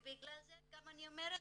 ובגלל זה גם אני אומרת,